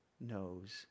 knows